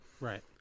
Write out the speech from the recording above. right